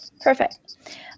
Perfect